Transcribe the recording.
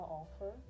offer